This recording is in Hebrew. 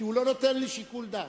כי הוא לא נותן לי שיקול דעת.